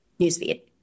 newsfeed